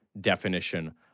definition